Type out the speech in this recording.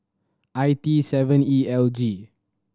I T seven E L G